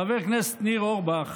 חבר הכנסת ניר אורבך,